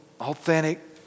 authentic